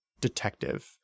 detective